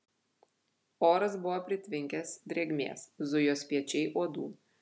oras buvo pritvinkęs drėgmės zujo spiečiai uodų